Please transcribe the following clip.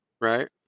Right